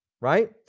right